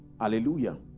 hallelujah